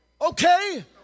okay